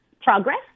progress